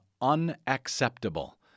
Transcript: unacceptable